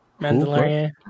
mandalorian